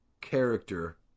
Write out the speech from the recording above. character